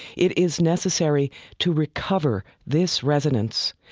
it is necessary to recover this resonance,